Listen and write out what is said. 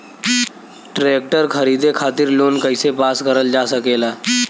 Tractor खरीदे खातीर loan कइसे पास करल जा सकेला?